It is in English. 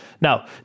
Now